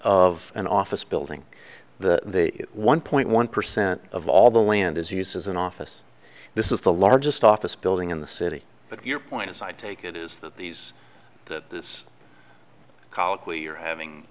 of an office building the one point one percent of all the land is used as an office this is the largest office building in the city but your point is i take it is that these that this colloquy you're having